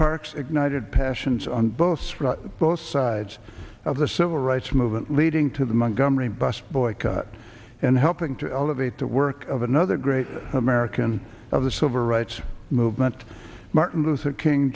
parks ignited passions on both from both sides of the civil rights movement leading to the mongering bus boycott and helping to elevate the work of another great american of the civil rights movement martin luther king